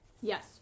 Yes